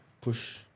push